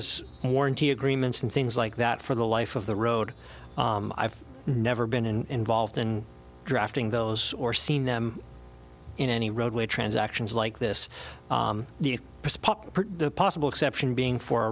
as warranty agreements and things like that for the life of the road i've never been in volved in drafting those or seen them in any roadway transactions like this pop the possible exception being for